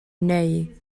neu